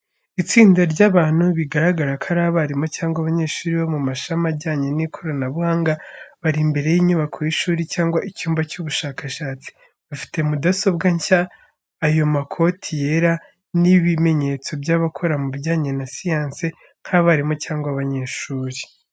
Itsinda ry’abantu, bigaragara ko ari abarimu cyangwa abanyeshuri bo mu mashami ajyanye n'ikoranabuhanga bari imbere y'inyubako y’ishuri cyangwa icyumba cy'ubushakashatsi, bafite mudasobwa nshya, ayo makoti yera ni ibimenyetso by'abakora mu bijyanye na siyansi nk’abarimu cyangwa abanyeshuri.